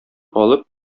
алып